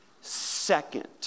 second